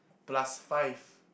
plus five